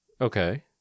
Okay